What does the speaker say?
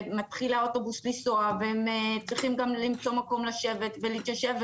מתחיל האוטובוס לנסוע והם צריכים למצוא מקום לשבת ולהתיישב,